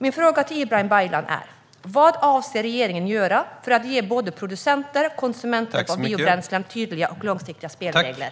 Min fråga till Ibrahim Baylan är: Vad avser regeringen att göra för att ge både producenter och konsumenter av biobränslen tydliga och långsiktiga spelregler?